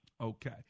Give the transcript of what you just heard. Okay